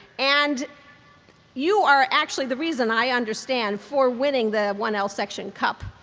and you are actually the reason, i understand, for winning the one l section cup.